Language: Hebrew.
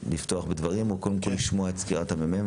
האם אתם רוצים לפתוח בדברים או שנשמע קודם סקירה ממרכז המחקר והמידע?